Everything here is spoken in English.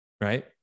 right